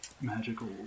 magical